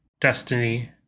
Destiny